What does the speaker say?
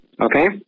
Okay